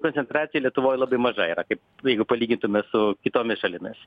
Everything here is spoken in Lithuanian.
koncentracija lietuvoj labai maža yra kaip jeigu palygintume su kitomis šalimis